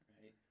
right